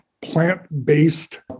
Plant-based